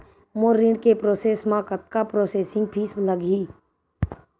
मोर ऋण के प्रोसेस म कतका प्रोसेसिंग फीस लगही?